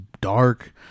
dark